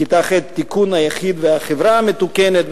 בכיתה ח' תיקון היחיד והחברה המתוקנת,